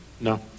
No